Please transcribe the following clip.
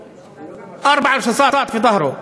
(אומר בערבית: יריתם ארבעה כדורים בגב שלו,)